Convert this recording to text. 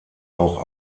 auch